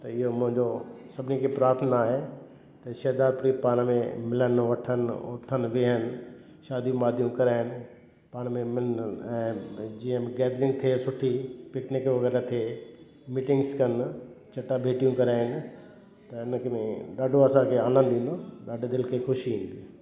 त इहो मुंहिंजो सभिनी खे प्राथना आहे त शहदादपुरी पाण में मिलनि वठनि उथनि विहनि शादियूं वादियूं कराइनि पाण में मिल ऐं जीअं गैदरिंग थिए सुठी पिकनिक वग़ैरह थिए मीटिंग्स कनि चटाभेटियूं कराइनि त इन में ॾाढो असांखे आनंदु ईंदो ॾाढी दिलि खे ख़ुशी ईंदी